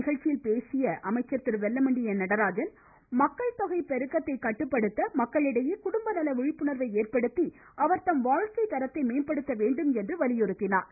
நிகழ்ச்சியில் பேசிய திரு வெல்லமண்டி நடராஜன் மக்கள் தொகை பெருக்கத்தை கட்டுப்படுத்த மக்களிடையே குடும்பநல விழிப்புணர்வை ஏற்படுத்தி அவர்தம் வாழ்க்கை தரத்தை மேம்படுத்த வேண்டும் என்று வலியுறுத்தினார்